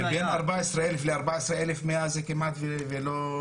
ובין 14,000 ל-14,100 זה כמעט ולא משמעותי.